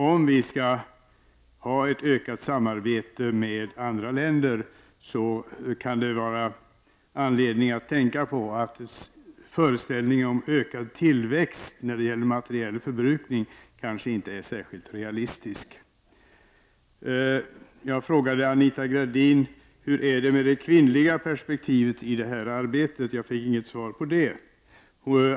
Om vi skall ha ett ökat samarbete med andra länder, kan det vara anledning att tänka på att föreställningen om ökad tillväxt när det gäller materiell förbrukning kanske inte är särskilt realistisk. Jag frågade Anita Gradin hur det är med det kvinnliga perspektivet i det här arbetet. Jag fick inget svar på den frågan.